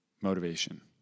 motivation